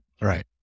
Right